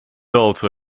also